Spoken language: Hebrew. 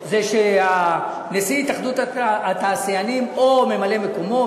שנשיא התאחדות התעשיינים או ממלא-מקומו,